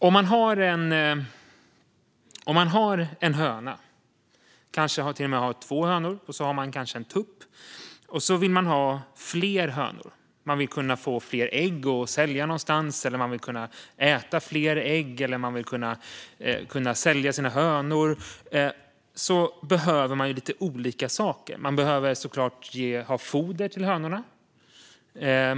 Om man har en höna eller kanske två hönor och kanske en tupp och vill ha fler hönor - man vill få ägg att sälja någonstans, man vill kanske äta fler ägg eller kunna sälja sina hönor - behöver man lite olika saker. Man behöver såklart foder till hönorna.